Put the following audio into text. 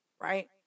right